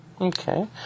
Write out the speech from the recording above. Okay